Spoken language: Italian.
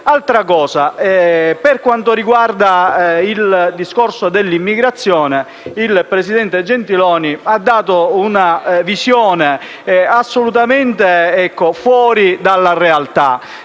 stato. Per quanto riguarda il discorso dell'immigrazione, il presidente Gentiloni Silveri ha fornito una visione assolutamente fuori dalla realtà.